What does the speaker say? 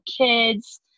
kids